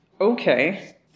Okay